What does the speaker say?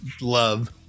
love